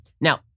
Now